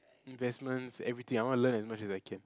investments everything I wanna learn as much as I can